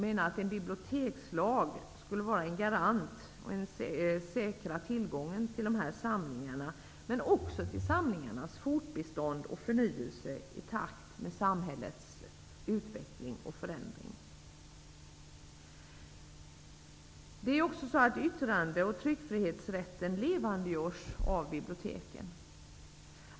En bibliotekslag skulle vara en garant för och säkra tillgången till dessa samlingar men också till samlingarnas fortbestånd och förnyelse i takt med samhällets utveckling och förändring. Yttrande och tryckfrihetsrätten levandegörs av biblioteken.